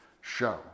show